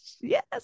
yes